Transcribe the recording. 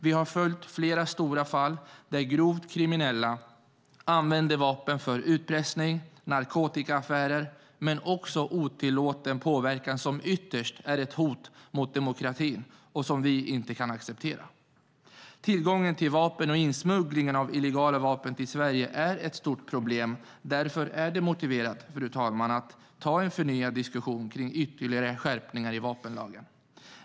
Vi har följt flera fall där grovt kriminella använder vapen för utpressning och narkotikaaffärer, men också för otillåten påverkan som ytterst är ett hot mot demokratin och något som vi inte kan acceptera. Tillgången till vapen och insmugglingen av illegala vapen till Sverige är ett stort problem. Därför är det motiverat med en förnyad diskussion om ytterligare skärpningar i vapenlagen.